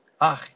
Ach